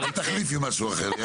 אל תכניסי משהו אחר.